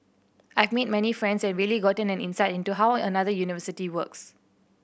I've made many friends and really gotten an insight into how another university works